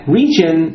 region